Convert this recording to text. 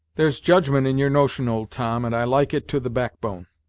there's judgment in your notion, old tom, and i like it to the backbone.